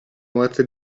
morte